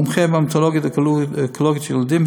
מומחה בהמטו-אונקולוגיה ילדים,